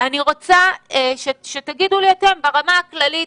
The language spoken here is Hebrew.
אני רוצה שתגידו לי אתם ברמה הכללית,